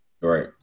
Right